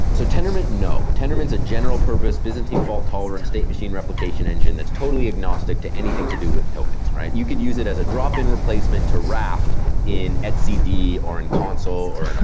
so tendermint, no. tendermint is a general-purpose byzantine fault-tolerant state machine replication engine that's totally agnostic to anything to do with tokens, right? you could use it as a drop-in replacement to raft in etcd or in console or